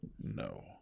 No